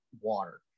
water